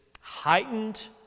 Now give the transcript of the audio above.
heightened